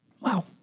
Wow